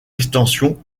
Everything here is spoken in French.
extension